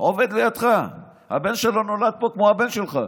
עובד לידך, הבן שלו נולד פה, כמו הבן שלך.